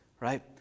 Right